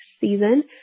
season